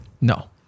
No